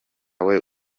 weee